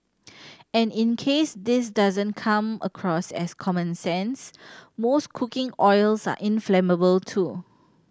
and in case this doesn't come across as common sense most cooking oils are inflammable too